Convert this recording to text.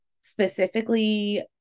specifically